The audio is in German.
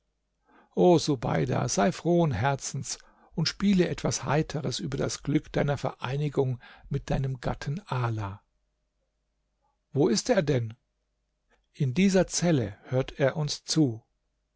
o subeida sei frohen herzens und spiele etwas heiteres über das glück deiner vereinigung mit deinem gatten ala wo ist er denn in dieser zelle hört er uns zu